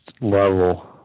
level